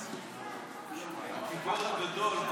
הגיבור הגדול,